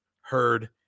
heard